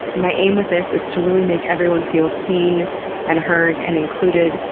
my aim with this is to really make everyone feel seen and heard and included,